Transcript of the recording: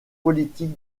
politique